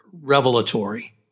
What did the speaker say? revelatory